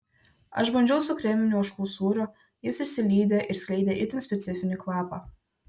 aš bandžiau su kreminiu ožkų sūriu jis išsilydė ir skleidė itin specifinį kvapą